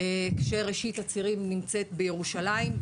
כשראשית הצירים נמצאת בירושלים.